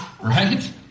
Right